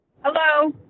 Hello